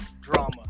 drama